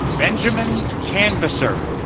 benjamin canvasser